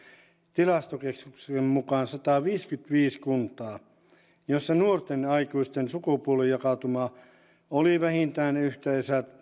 tilastokeskuksen mukaan sataviisikymmentäviisi kuntaa joissa nuorten aikuisten sukupuolijakautuma oli vähintään yhtä